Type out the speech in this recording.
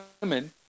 women